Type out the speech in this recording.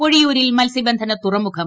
പൊഴിയൂരിൽ മത്സ്യബന്ധന തുറമുഖം